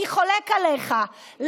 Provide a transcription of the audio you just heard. אני חולק עליך,